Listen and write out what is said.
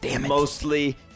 mostly